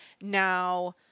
now